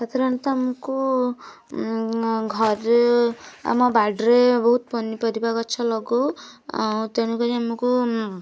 ସାଧାରଣତଃ ଆମକୁ ଘରେ ଆମ ବାଡ଼ିରେ ବହୁତ ପନିପରିବା ଗଛ ଲଗଉ ଆଉ ତେଣୁ କରି ଆମୁକୁ